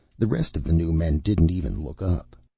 the rest of the new men didn't even look up.